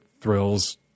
thrills